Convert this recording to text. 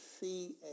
see